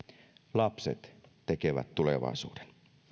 lapset tekevät tulevaisuuden